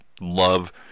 love